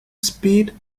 speed